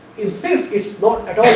in cisc its not at all